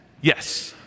Yes